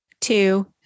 two